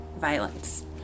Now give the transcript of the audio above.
violence